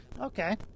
okay